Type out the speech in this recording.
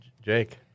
Jake